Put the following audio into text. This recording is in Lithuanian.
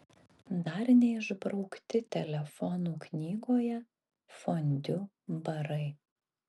dar neišbraukti telefonų knygoje fondiu barai